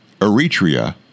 Eritrea